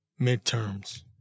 midterms